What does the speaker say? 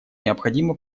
необходимо